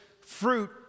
fruit